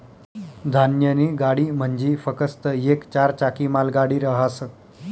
धान्यनी गाडी म्हंजी फकस्त येक चार चाकी मालगाडी रहास